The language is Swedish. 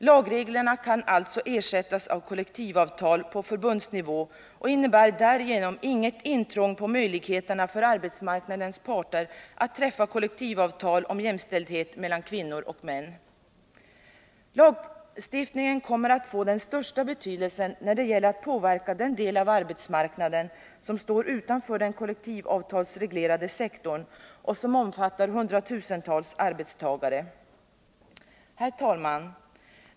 Lagreglerna kan alltså ersättas av kollektivavtal på förbundsnivå och innebär därigenom inget intrång på möjligheterna för arbetsmarknadens parter att träffa kollektivavtal om jämställdhet mellan kvinnor och män. Lagstiftningen kommer att få den största betydelsen när det gäller att påverka den del av arbetsmarknaden som står utanför den kollektivavtalsreglerade sektorn och som omfattar hundratusentals arbetstagare. Herr talman!